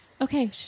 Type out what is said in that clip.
Okay